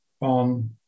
on